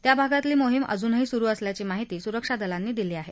त्या भागातली मोहीम अजूनही सुरु असल्याची माहिती सुरक्षा दलांनी दिली आहे